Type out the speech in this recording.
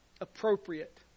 appropriate